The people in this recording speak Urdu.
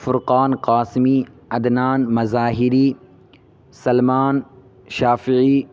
فرقان قاسمی عدنان مظہری سلمان شافعی